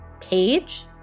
page